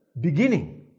beginning